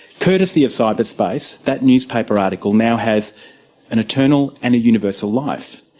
courtesy of cyberspace, that newspaper article now has an eternal and a universal life,